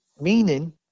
meaning